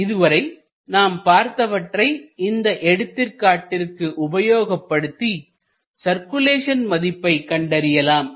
இதுவரை நாம் பார்த்தவற்றை இந்த எடுத்துக்காட்டிற்கு உபயோகப்படுத்தி சர்க்குலேஷன் மதிப்பை கண்டறியலாம்